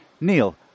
Neil